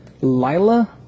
Lila